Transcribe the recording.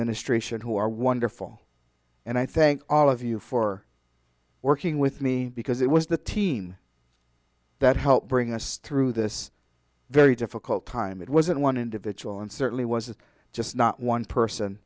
administration who are wonderful and i thank all of you for working with me because it was the team that helped bring us through this very difficult time it wasn't one individual and certainly was just not one person